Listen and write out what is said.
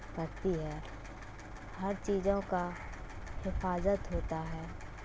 پڑتی ہے ہر چیزوں کا حفاظت ہوتا ہے